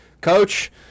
Coach